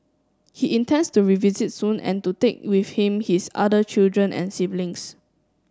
he intends to revisit soon and to take with him his other children and siblings